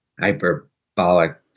hyperbolic